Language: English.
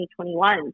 2021